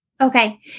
Okay